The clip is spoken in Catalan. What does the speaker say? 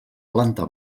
planta